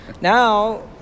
Now